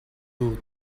dur